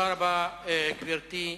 גברתי,